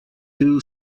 two